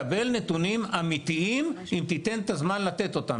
תקבל נתונים אמיתיים אם תיתן את הזמן לתת אותם.